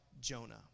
Jonah